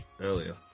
earlier